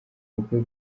kuko